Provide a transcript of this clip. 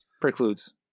precludes